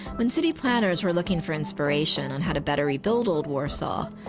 when city planners were looking for inspiration on how to better rebuilt old warsaw,